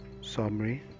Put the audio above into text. summary